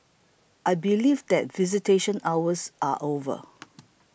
I believe that visitation hours are over